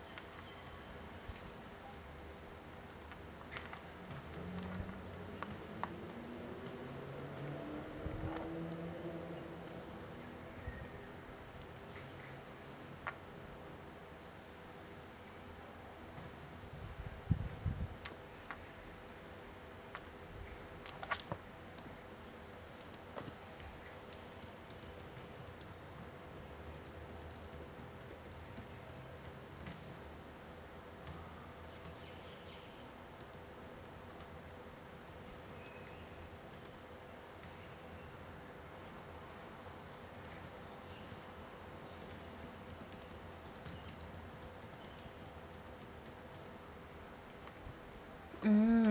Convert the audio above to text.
mm